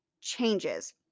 changes